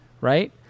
right